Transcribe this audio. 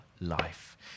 life